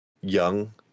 young